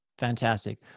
Fantastic